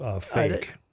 Fake